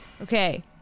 Okay